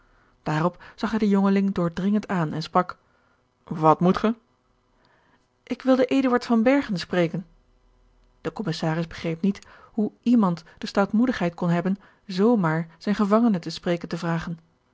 zag hij den jongeling doordringend aan en sprak wat moet ge ik wilde eduard van bergen spreken de commissaris begreep niet hoe iemand de stoutmoedigheid kon hebben zoo maar zijne gevangenen te spreken te vragen